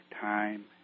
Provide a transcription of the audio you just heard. time